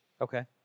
Okay